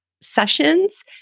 sessions